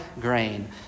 grain